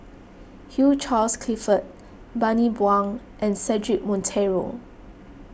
Hugh Charles Clifford Bani Buang and Cedric Monteiro